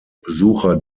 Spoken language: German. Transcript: besucher